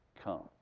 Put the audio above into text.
come